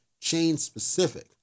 chain-specific